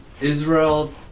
Israel